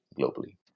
globally